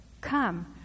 Come